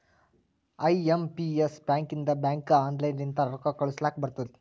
I M P S ಬ್ಯಾಕಿಂದ ಬ್ಯಾಂಕ್ಗ online ಲಿಂತ ರೊಕ್ಕಾ ಕಳೂಸ್ಲಕ್ ಬರ್ತುದ್